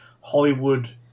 Hollywood